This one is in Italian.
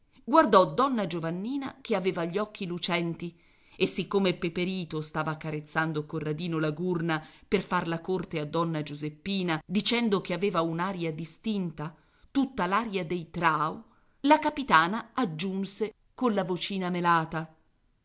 guardò donna giovannina che aveva gli occhi lucenti e siccome peperito stava accarezzando corradino la gurna per far la corte a donna giuseppina dicendo che aveva un'aria distinta tutta l'aria dei trao la capitana aggiunse colla vocina melata